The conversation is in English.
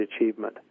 achievement